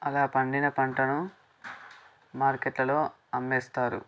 అలా పండిన పంటను మార్కెట్లలో అమ్మేస్తారు